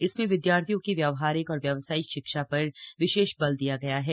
इसमें विद्यार्थियों की व्यावहारिक और व्यावसायिक शिक्षा पर विशेष बल दिया गया है